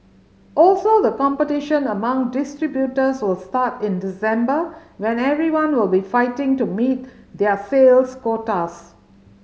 also the competition among distributors will start in December when everyone will be fighting to meet their sales quotas